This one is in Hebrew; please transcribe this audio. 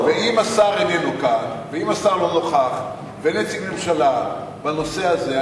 אם השר איננו כאן ולא נוכח ואין נציג ממשלה בנושא הזה,